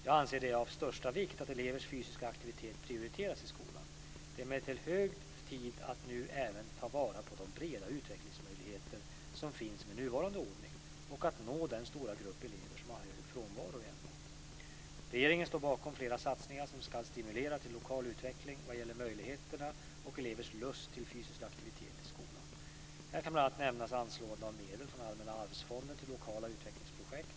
Jag anser det vara av största vikt att elevers fysiska aktivitet prioriteras i skolan. Det är emellertid hög tid att nu även ta vara på de breda utvecklingsmöjligheter som finns med nuvarande ordning och att nå den stora grupp elever som har hög frånvaro i ämnet. Regeringen står bakom flera satsningar som ska stimulera till lokal utveckling vad gäller möjligheterna och elevers lust till fysisk aktivitet i skolan. Här kan bl.a. nämnas anslåendet av medel från Allmänna arvsfonden till lokala utvecklingsprojekt.